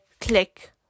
click